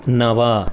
नव